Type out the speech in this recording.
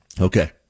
Okay